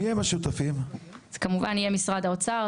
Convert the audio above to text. משרד האוצר,